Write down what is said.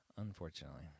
Unfortunately